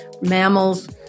mammals